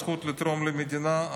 הזכות לתרום למדינה,